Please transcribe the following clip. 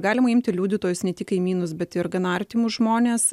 galima imti liudytojus ne tik kaimynus bet ir gana artimus žmones